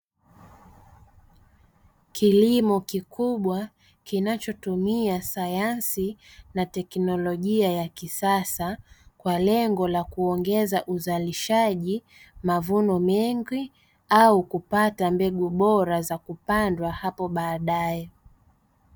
Kilimo kikubwa kinachotumia sayansi na teknolojia ya kisasa kwa lengo la kuongeza uzalishaji, mavuno mengi au kupata mbegu bora za kupandwa hapo baadae.